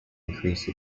increase